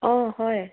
অঁ হয়